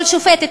כל שופטת,